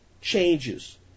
changes